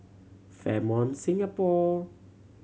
Fairmont Singapore